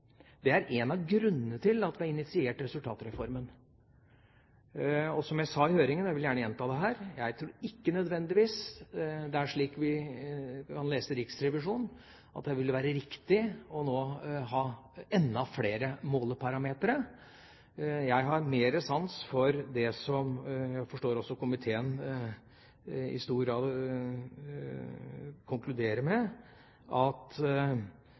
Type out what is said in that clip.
Det er en av grunnene til at vi har initiert resultatreformen. Og som jeg sa i høringen, og jeg vil gjerne gjenta det her: Jeg tror ikke det nødvendigvis er slik vi kan lese Riksrevisjonen, at det vil være riktig nå å ha enda flere måleparametere. Jeg har mer sans for det som jeg forstår at også komiteen i stor grad konkluderer med, at